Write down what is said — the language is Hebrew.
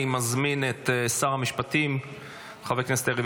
אני מזמין את שר המשפטים חבר הכנסת יריב